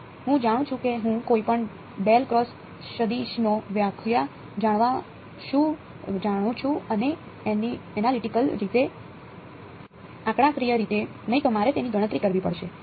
હું જાણું છું કે હું કોઈપણ સદિશની વ્યાખ્યા જાણું છું અને એનાલિટીકલ રીતે આંકડાકીય રીતે નહીં તો મારે તેની ગણતરી કરવી પડશે